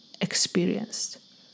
experienced